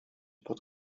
pod